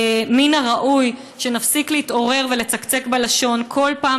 מן הראוי שנפסיק להתעורר ולצקצק בלשון כל פעם